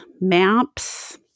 maps